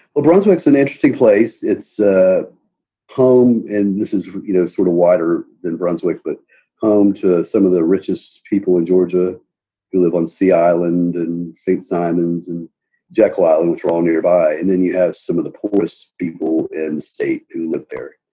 well, brunswick's an interesting place. it's ah home. and this is you know sort of wider than brunswick, but home to some of the richest people in georgia who live on sea island and st. simons and jekyll island trawl nearby. and then you have some of the poorest people in the state who live there.